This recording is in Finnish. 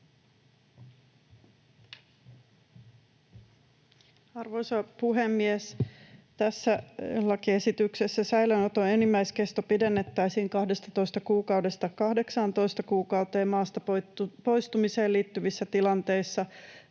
Arvoisa puhemies! Tässä lakiesityksessä säilöönoton enimmäiskesto pidennettäisiin 12 kuukaudesta 18 kuukauteen maasta poistumiseen liittyvissä tilanteissa,